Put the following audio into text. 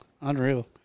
Unreal